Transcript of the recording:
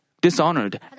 dishonored